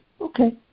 Okay